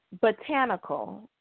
botanical